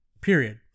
Period